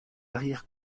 arrière